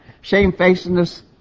Shamefacedness